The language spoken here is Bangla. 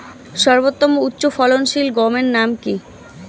সর্বতম উচ্চ ফলনশীল গমের নাম কি?